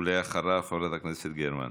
ואחריו, חברת הכנסת גרמן.